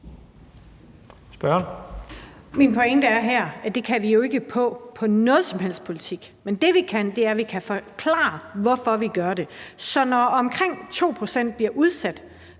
Min pointe er her, at det kan vi jo ikke med noget som helst politik. Men det, vi kan, er, at vi kan forklare, hvorfor vi gør det. Så når omkring 2 pct. bliver udsat